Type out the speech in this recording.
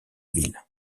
ville